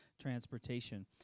transportation